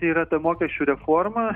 tai yra ta mokesčių reforma